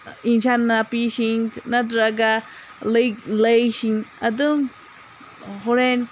ꯑꯦꯟꯁꯥꯡ ꯅꯥꯄꯤꯁꯤꯡ ꯅꯠꯇ꯭ꯔꯒ ꯂꯩ ꯂꯩꯁꯤꯡ ꯑꯗꯨꯝ ꯍꯣꯔꯦꯟ